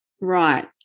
Right